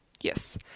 Yes